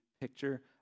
picture